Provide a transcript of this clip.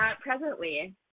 presently